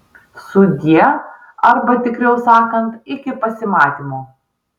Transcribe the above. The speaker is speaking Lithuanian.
sudie arba tikriau sakant iki pasimatymo